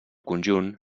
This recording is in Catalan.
conjunt